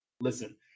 Listen